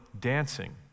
dancing